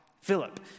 Philip